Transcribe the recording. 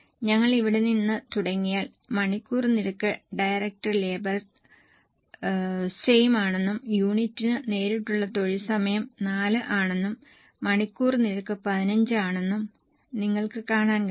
ഞങ്ങൾ ഇവിടെ നിന്ന് തുടങ്ങിയാൽ മണിക്കൂർ നിരക്ക് ഡയറക്റ്റ് ലേബർ സെയിം ആണെന്നും യൂണിറ്റിന് നേരിട്ടുള്ള തൊഴിൽ സമയം 4 ആണെന്നും മണിക്കൂർ നിരക്ക് 15 ആണെന്നും നിങ്ങൾക്ക് കാണാൻ കഴിയും